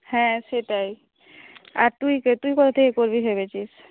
হ্যাঁ সেটাই আর তুই তুই কোথা থেকে করবি ভেবেছিস